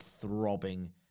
throbbing